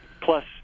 plus